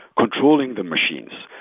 controlling the machines,